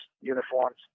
uniforms